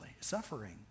suffering